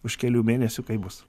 už kelių mėnesių kaip bus